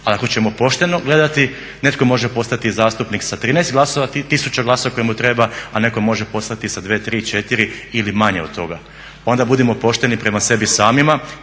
Ako ćemo pošteno gledati netko može postati zastupnik sa 13 tisuća glasova koje mu treba, a netko postati sa 2, 3, 4 ili manje od toga onda budimo pošteni prema sebi samima,